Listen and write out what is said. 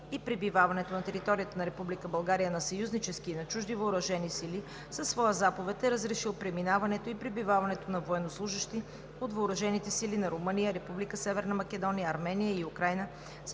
и пребиваването на територията на Република България на съюзнически и на чужди въоръжени сили със своя заповед е разрешил преминаването и пребиваването на военнослужещи от въоръжените сили на Румъния, Република Северна Македония, Армения и Украйна